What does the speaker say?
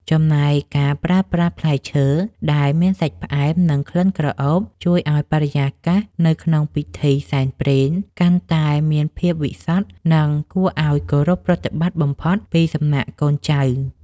ចំណែកការប្រើប្រាស់ផ្លែឈើដែលមានសាច់ផ្អែមនិងក្លិនក្រអូបជួយឱ្យបរិយាកាសនៅក្នុងពិធីសែនព្រេនកាន់តែមានភាពវិសុទ្ធ និង គួរឱ្យគោរពប្រតិបត្តិបំផុតពីសំណាក់កូនចៅ។